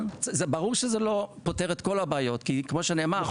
ברור שזה לא פותר את כל הבעיות כי כמו שנאמר,